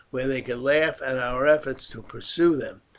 where they could laugh at our efforts to pursue them.